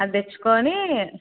అది తెచ్చుకోని